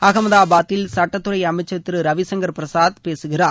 அகமதபாத்தில் சுட்டத்துறை அமைச்சர் திரு ரவிசங்கர் பிரசாத் பேசுகிறார்